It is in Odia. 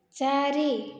ଚାରି